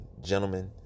gentlemen